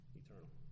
eternal